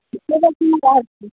ମୁଁ ବାହାରିଛି